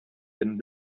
den